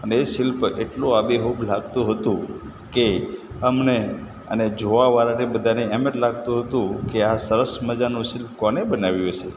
અને એ શિલ્પ એટલું આબેહૂબ લાગતું હતું કે અમને અને જોવાવાળાને બધાને એમ જ લાગતું હતું કે આ સરસ મજાનું શિલ્પ કોણે બનાવ્યું હશે